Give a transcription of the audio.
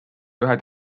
ühed